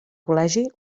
col·legi